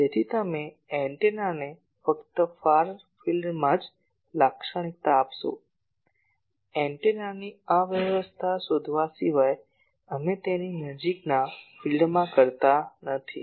તેથી તમે એન્ટેનાને ફક્ત ફારના ફિલ્ડમાં જ લાક્ષણિકતા આપશો એન્ટેનાની અવ્યવસ્થા શોધવા સિવાય અમે તેને નજીકના ફિલ્ડમાં કરતા નથી